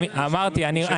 אמרתי,